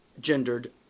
gendered